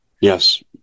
Yes